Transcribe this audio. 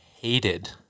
hated